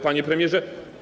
Panie Premierze!